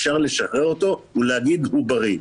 אפשר לשחרר אותו ולהגיד: הוא בריא.